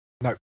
No